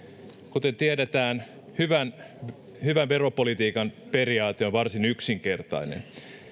kuten tiedetään hyvän hyvän veropolitiikan periaate on varsin yksinkertainen